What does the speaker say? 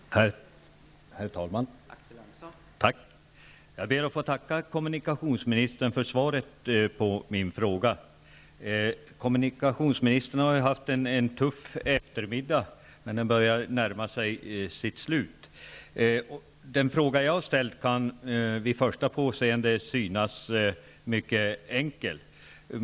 Herr talman! Jag ber att få tacka kommunikationsministern för svaret på min fråga. Kommunikationsministern har ju haft en tuff eftermiddag, men den börjar närma sig sitt slut. Den fråga som jag har ställt kan vid första påseendet synas mycket enkel.